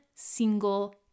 single